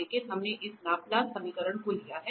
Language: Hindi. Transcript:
इसलिए हमने इन लाप्लास समीकरणों को लिया है